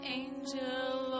angel